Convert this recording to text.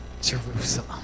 jerusalem